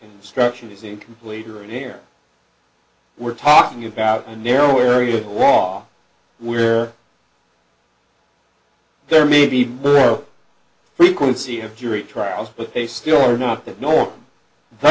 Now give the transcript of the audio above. destruction is incomplete or and here we're talking about a narrow area of the law where there may be frequency of jury trials but they still are not the norm the